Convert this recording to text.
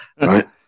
Right